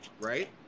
right